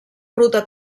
ruta